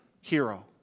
hero